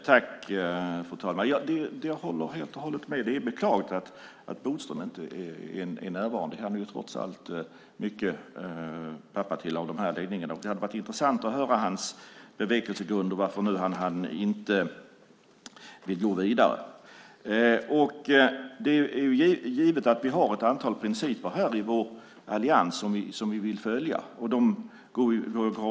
Fru talman! Jag håller helt och hållet med om att det är beklagligt att Bodström inte är närvarande. Han är ju trots allt pappa till mycket av detta. Det hade varit intressant att höra hans bevekelsegrunder för att han nu inte vill gå vidare. Vi har ett antal principer i vår allians som vi vill följa.